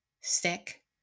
stick